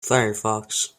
firefox